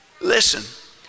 Listen